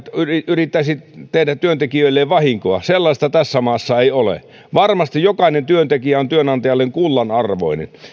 yrittäisi tehdä työntekijöilleen vahinkoa sellaista tässä maassa ei ole varmasti jokainen työntekijä on työnantajalleen kullanarvoinen